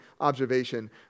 observation